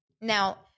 Now